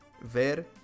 Ver